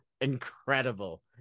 Incredible